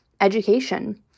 education